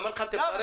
אמרתי לך שתפרט.